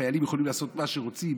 שוטרים יכולים לעשות מה שרוצים?